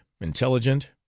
intelligent